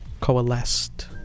Coalesced